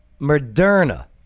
Moderna